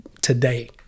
today